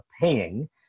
paying